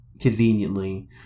conveniently